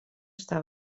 està